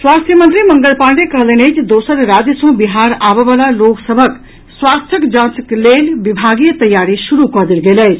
स्वास्थ्य मंत्री मंगल पांडेय कहलनि अछि जे दोसर राज्य सँ बिहार आबऽ वला लोक सभक स्वास्थ्य जांचक लेल विभागीय तैयारी शुरू कऽ देल गेल अछि